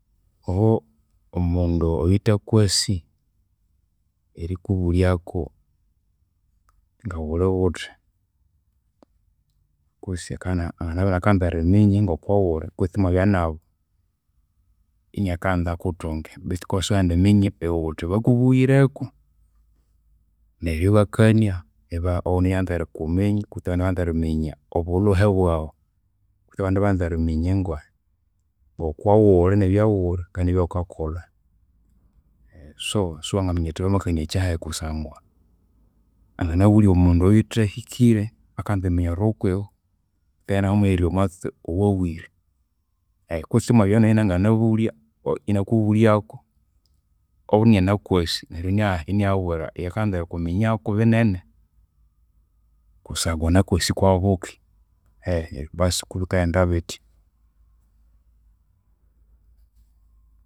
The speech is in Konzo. Omundu oyuthakwasi, erikubulyaku ngaghuli ghuthi, kwisi akana anginabya inakanza eriminya ngokughuli kwisi imyabya nabu inakanza akuthunge betu kandi isiwendiminya iwe ghuthi bakubughireku. Neryo ibakania, oghundi inanza erikuminya kutse abandi ibanza eriminya obulhuhe bwaghu. Kutse abandi ibanza eriminya ngokughuli, nebyaghuli kandi nebyaghukakolha. So, siwangaminya ghuthi bamakania kyahi kusangwa anginabulya omundu oyuthahikire akanza eriminyerera okwiwe keghe inanamuhererya omwatsi owawire. Kutse imwabya neyuwanginabulya inakubulyaku obundi inyanakwasi neryo inayabwira oyukanza erikuminyaku binene, kusangwa anakwasi kwabuke. Basi kubikaghenda bithya.